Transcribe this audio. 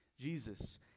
Jesus